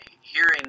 hearing